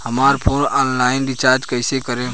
हमार phone online recharge कईसे करेम?